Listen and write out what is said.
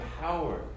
power